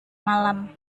malam